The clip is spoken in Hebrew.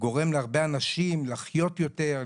גורם להרבה אנשים לחיות יותר,